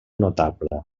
notable